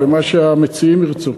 או למה שהמציעים ירצו.